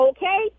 Okay